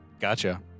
Gotcha